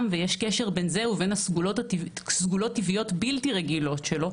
ויש קשר בין זה ובין סגולות טבעיות בלתי-רגילות שלו.